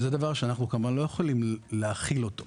זה דבר שאנחנו, כמובן, לא יכולים להכיל אותו.